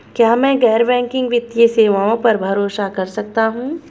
क्या मैं गैर बैंकिंग वित्तीय सेवाओं पर भरोसा कर सकता हूं?